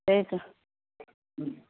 त्यही त